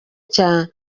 cya